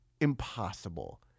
impossible